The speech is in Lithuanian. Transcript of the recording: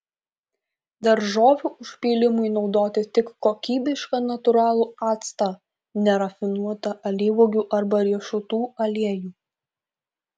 daržovių užpylimui naudoti tik kokybišką natūralų actą nerafinuotą alyvuogių arba riešutų aliejų